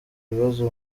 ibibazo